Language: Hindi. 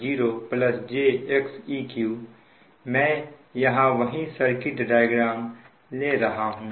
∟0 j Xeq मैं यहां वही सर्किट डायग्राम ले रहा हूं